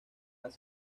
las